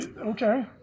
okay